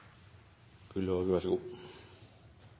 Nordtun, vær så god